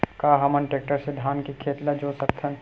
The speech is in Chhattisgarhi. का हमन टेक्टर से धान के खेत ल जोत सकथन?